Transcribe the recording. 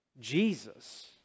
Jesus